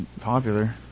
popular